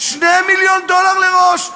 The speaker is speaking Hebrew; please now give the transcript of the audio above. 2 מיליון דולר לראש.